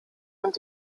und